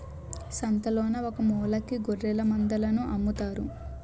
సంతలోన ఒకమూలకి గొఱ్ఱెలమందలను అమ్ముతారు